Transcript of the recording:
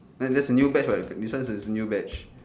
!huh! just a new batch [what] this one is a new batch